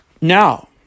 Now